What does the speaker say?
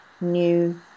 new